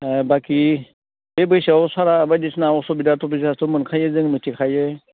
बाखि बे बैसोआव सारआ बायदिसिना असुबिदा बिदियाथ' मोनखायो जों मिथिखायो